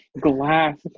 Glass